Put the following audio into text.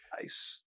Nice